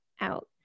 out